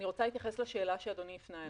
אני רוצה להתייחס לשאלה שאדוני הפנה אליי.